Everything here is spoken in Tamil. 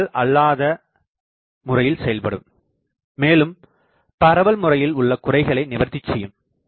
இது பரவல் அல்லாத முறையில் செயல்படும் மேலும் பரவல் முறையில் உள்ள குறைகளை நிவர்த்தி செய்யும்